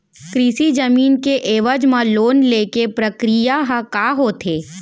कृषि जमीन के एवज म लोन ले के प्रक्रिया ह का होथे?